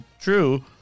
true